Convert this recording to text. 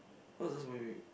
what's last movie we